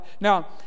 now